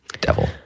devil